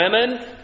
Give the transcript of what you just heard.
women